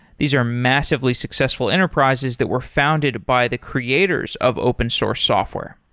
these are massively successful enterprises that were founded by the creators of open source software.